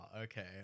Okay